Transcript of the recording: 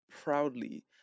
proudly